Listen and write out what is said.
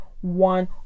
one